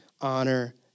honor